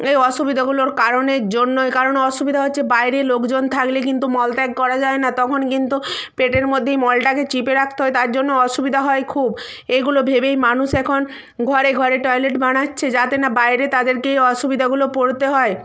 এও অসুবিধাগুলোর কারণের জন্যই কারণ অসুবিধা হচ্ছে বাইরে লোকজন থাকলে কিন্তু মলত্যাগ করা যায় না তখন কিন্তু পেটের মধ্যেই মলটাকে চেপে রাখতে হয় তার জন্য অসুবিধা হয় খুব এগুলো ভেবেই মানুষ এখন ঘরে ঘরে টয়লেট বানাচ্ছে যাতে না বাইরে তাদেরকে এ অসুবিধাগুলো পড়তে হয়